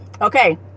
Okay